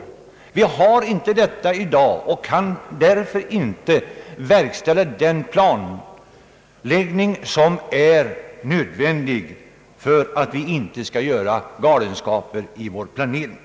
Några sådana har vi inte i dag och kan därför inte verkställa den planläggning som är nödvändig för att vi inte skall göra galenskaper i vår planering.